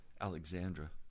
Alexandra